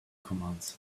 commands